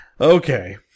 Okay